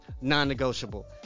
non-negotiable